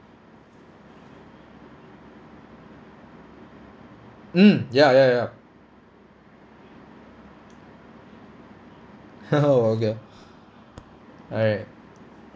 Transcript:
mm ya ya ya okay alright